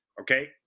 okay